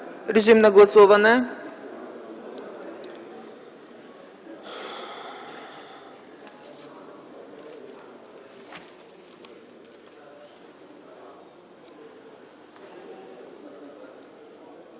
Режим на гласуване.